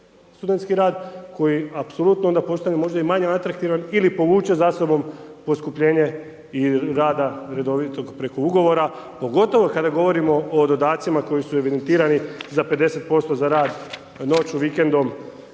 studentski rad koji apsolutno onda postane možda i manje atraktivan ili povuče za sobom poskupljenje i rada redovitog preko ugovora pogotovo kada govorimo o dodacima koji su evidentirani za 50% za rad, noću, vikendom,